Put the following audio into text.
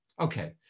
Okay